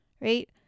Right